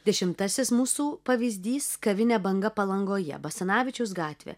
dešimtasis mūsų pavyzdys kavinė banga palangoje basanavičiaus gatvė